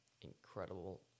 Incredible